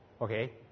Okay